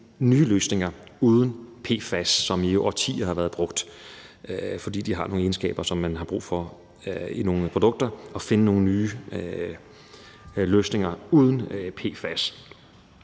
nye løsninger uden PFAS, som jo i årtier har været brugt, fordi de har nogle egenskaber, man har brug for i nogle produkter. Kl. 12:29 Så det fælles EU-forbud mod PFAS